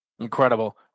Incredible